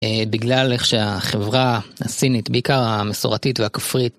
בגלל איך שהחברה הסינית, בעיקר המסורתית והכפרית.